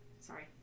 Sorry